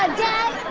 ah dad,